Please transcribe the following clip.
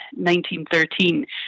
1913